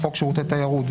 חוק שירותי תיירות,